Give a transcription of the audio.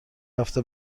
هفت